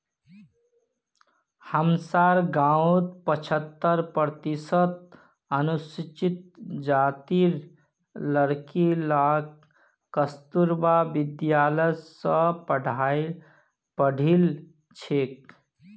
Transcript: हमसार गांउत पछहत्तर प्रतिशत अनुसूचित जातीर लड़कि ला कस्तूरबा विद्यालय स पढ़ील छेक